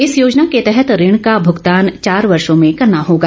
इस योजना के तहत ऋण का भुगतान चार वर्षो में करना होगा